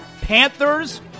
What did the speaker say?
Panthers